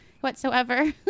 whatsoever